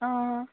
অঁ